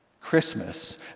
Christmas